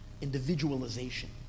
individualization